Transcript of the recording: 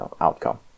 outcome